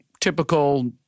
typical